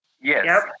Yes